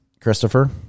Christopher